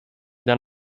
than